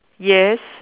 yes